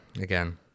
Again